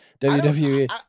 WWE